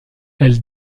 elle